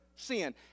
sin